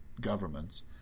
governments